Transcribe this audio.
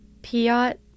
Piot